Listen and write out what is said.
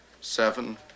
seven